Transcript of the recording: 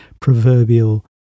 proverbial